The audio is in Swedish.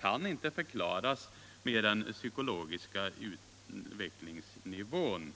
kan inte förklaras med den psykologiska utvecklingsnivån.